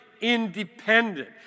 independent